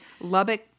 Lubbock